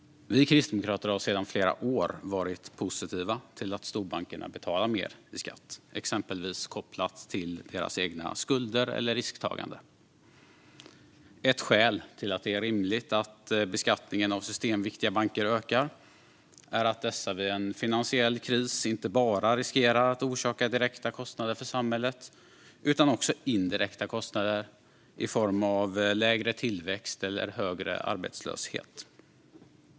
Vi kristdemokrater har sedan flera år varit positiva till att storbankerna betalar mer i skatt, exempelvis kopplat till deras egna skulder eller deras eget risktagande. Ett skäl till att det är rimligt att beskattningen av systemviktiga banker ökar är att dessa vid en finansiell kris inte bara riskerar att orsaka direkta kostnader för samhället utan också indirekta kostnader i form av lägre tillväxt eller högre arbetslöshet.